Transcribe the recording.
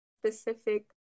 specific